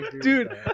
dude